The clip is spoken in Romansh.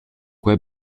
quei